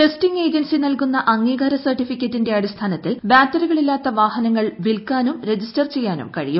testing agency നൽകുന്ന അംഗീകാര സർട്ടിഫിക്കറ്റിന്റെ അടിസ്ഥാനത്തിൽ ബാറ്ററികളില്ലാത്ത വാഹനങ്ങൾ വിൽക്കാനും രജിസ്റ്റർ ചെയ്യാനും കഴിയും